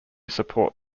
support